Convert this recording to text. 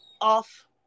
off